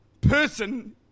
person